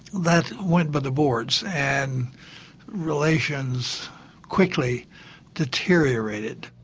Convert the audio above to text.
that went by the boards and relations quickly deteriorated.